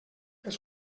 els